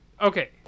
Okay